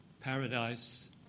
Paradise